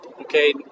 Okay